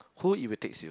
who irritates you